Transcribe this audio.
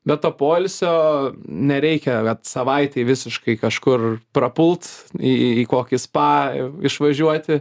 bet to poilsio nereikia savaitei visiškai kažkur prapult į kokį spa išvažiuoti